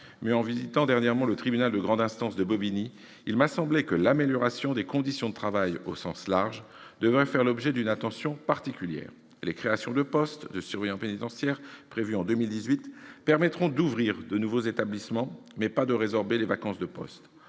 mais, en visitant dernièrement le tribunal de grande instance de Bobigny, il m'a semblé que l'amélioration des conditions de travail, au sens large, devrait faire l'objet d'une attention particulière. Les créations de postes de surveillants pénitentiaires prévues en 2018 permettront d'ouvrir de nouveaux établissements, mais pas de résorber les vacances de postes.